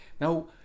Now